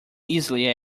easily